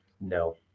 No